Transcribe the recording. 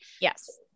Yes